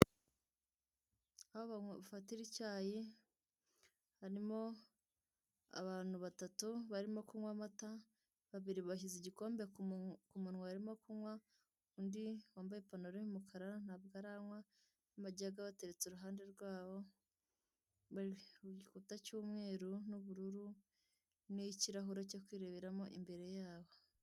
Aho bafatira icyayi harimo abantu batatu barimo kunywa amata, babiri bashyize igikombe ku munwa barimo kunywa. Undi wambaye ipantaro y'umukara ntago aranywa n'amajage abateretse iruhande rwabo. Bari ku gikuta cy'umweru n'ubururu n'ikirahure cyo kwireberamo imbere yabo.